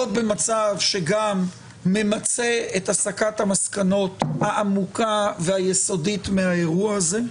במצב שגם ממצה את הסקת המסקנות העמוקה והיסודית מהאירוע הזה,